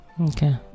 okay